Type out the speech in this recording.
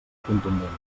contundents